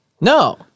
No